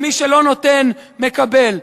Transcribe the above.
ומי שלא נותן מקבל.